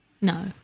No